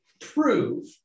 prove